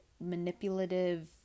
manipulative